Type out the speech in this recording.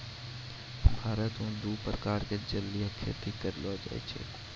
भारत मॅ दू प्रकार के जलीय खेती करलो जाय छै